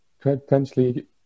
potentially